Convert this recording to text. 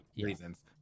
reasons